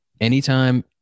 anytime